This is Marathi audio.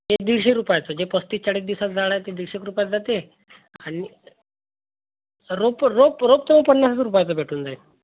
ते दीडशे रुपयाचं जे पस्तीस चाळीस दिवसाात झाड आहे ते दीडशे एक रुपयला जाते आणि रोप रोप रोप तर पन्नास रुपयाचं भेटून जाईल